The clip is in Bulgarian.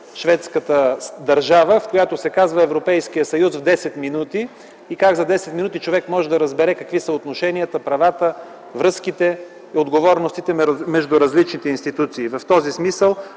Шведската държава, която се казва „Европейският съюз в 10 минути” – как за 10 минути човек може да разбере какви са отношенията, правата, връзките и отговорностите между различните институции. В този смисъл